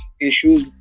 issues